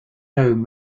home